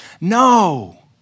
No